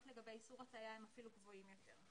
לגבי איסור הטעיה הם אפילו גבוהים יותר.